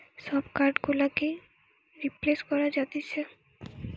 সব কার্ড গুলোকেই রিপ্লেস করা যাতিছে